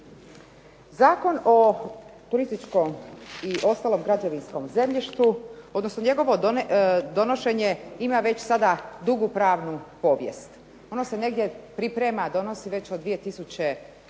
Zakon o turističkom i ostalom građevinskom zemljištu, odnosno njegovo donošenje ima već sada dugu pravnu povijest. Ono se negdje priprema, donosi već od 2003.,